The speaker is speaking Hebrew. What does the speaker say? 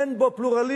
אין בו פלורליזם.